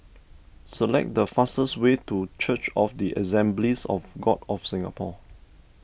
select the fastest way to Church of the Assemblies of God of Singapore